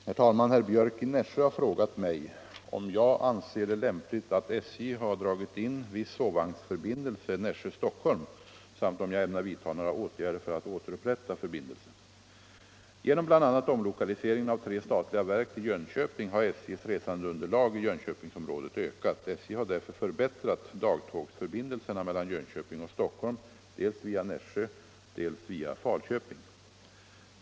107, och anförde: Herr talman! Herr Björck i Nässjö har frågat mig om jag anser det 33 lämpligt att SJ har dragit in viss sovvagnsförbindelse Nässjö-Stockholm samt om jag ämnar vidta några åtgärder för att återupprätta förbindelsen. Genom bl.a. omlokaliseringen av tre statliga verk till Jönköping har SJ:s resandeunderlag i Jönköpingsområdet ökat. SJ har därför förbättrat dagtågförbindelserna mellan Jönköping och Stockholm dels via Nässjö, dels via Falköping.